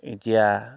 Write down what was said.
এতিয়া